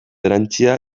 erantsia